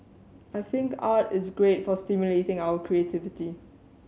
I think art is great for stimulating our creativity